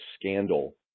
scandal